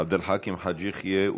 עבד אל חכים חג' יחיא,